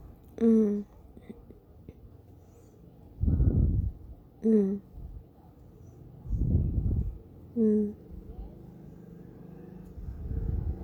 mm mm mm